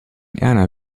erna